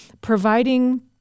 providing